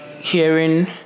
hearing